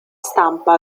stampa